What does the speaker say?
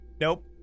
nope